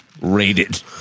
rated